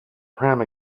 pram